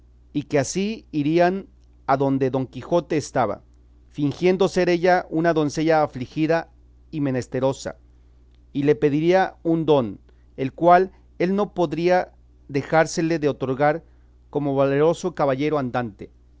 y que así irían adonde don quijote estaba fingiendo ser ella una doncella afligida y menesterosa y le pediría un don el cual él no podría dejársele de otorgar como valeroso caballero andante